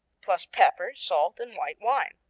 plus pepper, salt and white wine.